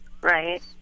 right